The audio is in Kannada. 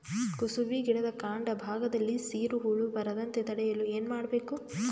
ಕುಸುಬಿ ಗಿಡದ ಕಾಂಡ ಭಾಗದಲ್ಲಿ ಸೀರು ಹುಳು ಬರದಂತೆ ತಡೆಯಲು ಏನ್ ಮಾಡಬೇಕು?